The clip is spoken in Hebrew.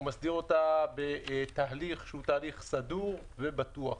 הוא מסדיר אותה בתהליך שהוא תהליך סדור ובטוח.